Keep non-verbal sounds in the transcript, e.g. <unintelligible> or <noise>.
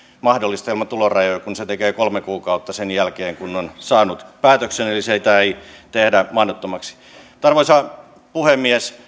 mahdollista ilman tulorajoja kun sen tekee kolme kuukautta sen jälkeen kun on saanut päätöksen eli sitä ei tehdä mahdottomaksi arvoisa puhemies <unintelligible>